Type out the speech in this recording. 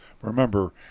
remember